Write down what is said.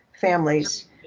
families